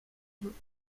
groups